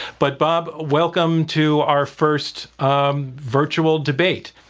but bob, welcome to our first um virtual debate.